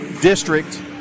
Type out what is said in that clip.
district